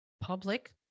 public